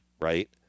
right